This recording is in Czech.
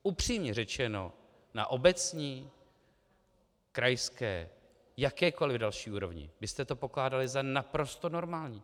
Upřímně řečeno, na obecní, krajské, jakékoli další úrovni byste to pokládali za naprosto normální.